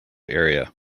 area